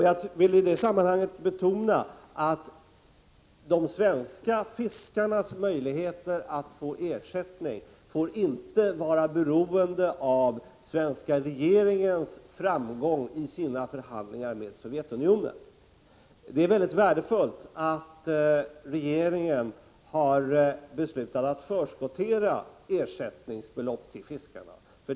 Jag vill i det sammanhanget betona att de svenska fiskarnas möjligheter att få ersättning inte får vara beroende av den svenska regeringens framgång i sina förhandlingar med Sovjetunionen. Det är mycket värdefullt att regeringen har beslutat att förskottera ersättningsbelopp till fiskarna.